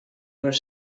were